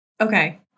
Okay